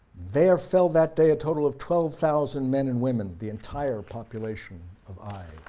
there fell that day a total of twelve thousand men and women, the entire population of ai.